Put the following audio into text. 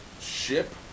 ship